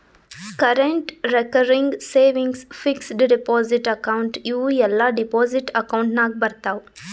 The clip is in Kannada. current, recurring, savings, fixed deposit account ಇವೂ ಎಲ್ಲಾ ಡೆಪೋಸಿಟ್ ಅಕೌಂಟ್ ನಾಗ್ ಬರ್ತಾವ್